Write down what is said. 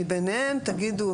מביניהם תגידו,